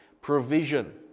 provision